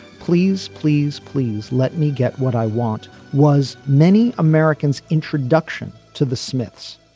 please please please let me get what i want was many americans introduction to the smiths.